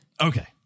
Okay